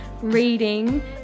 reading